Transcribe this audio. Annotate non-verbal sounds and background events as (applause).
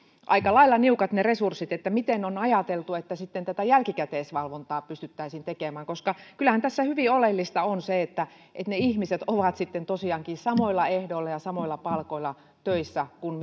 aika lailla niukat ne resurssit niin miten on ajateltu että sitten tätä jälkikäteisvalvontaa pystyttäisiin tekemään kyllähän tässä hyvin oleellista on se että ne ihmiset ovat tosiaankin samoilla ehdoilla ja samoilla palkoilla töissä kuin (unintelligible)